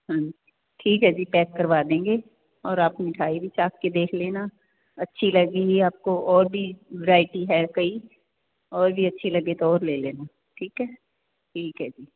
ਹਾਂ ਠੀਕ ਹੈ ਜੀ ਪੈਕ ਕਰਵਾ ਦੇਗੇ ਔਰ ਆਪ ਮਿਠਾਈ ਵੀ ਚੱਖ ਕੇ ਦੇਖ ਲੈਣਾ ਅੱਛੀ ਲੱਗੇਗੀ ਆਪਕੋ ਔਰ ਵੀ ਵਰਾਇਟੀ ਹੈ ਕਈ ਔਰ ਵੀ ਅੱਛੀ ਲਗੇ ਤੋ ਔਰ ਲੇ ਲੇਨਾ ਠੀਕ ਹੈ ਠੀਕ ਹੈ ਜੀ